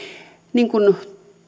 niin kuin